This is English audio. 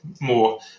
more